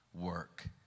work